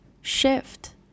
shift